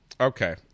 okay